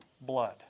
blood